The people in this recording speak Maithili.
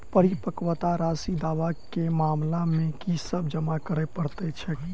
परिपक्वता राशि दावा केँ मामला मे की सब जमा करै पड़तै छैक?